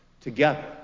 together